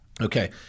Okay